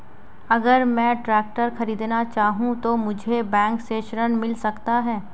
अगर मैं ट्रैक्टर खरीदना चाहूं तो मुझे बैंक से ऋण मिल सकता है?